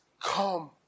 come